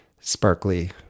sparkly